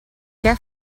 què